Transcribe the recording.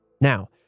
Now